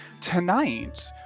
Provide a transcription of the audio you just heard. Tonight